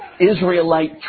Israelite